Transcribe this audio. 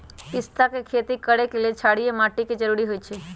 पिस्ता के खेती करय लेल क्षारीय माटी के जरूरी होई छै